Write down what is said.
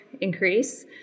increase